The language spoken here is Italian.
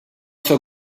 sua